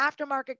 aftermarket